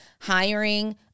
hiring